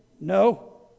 no